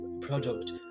product